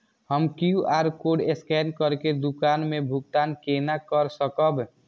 हम QR code scan करके दुकान में भुगतान केना कर सकब?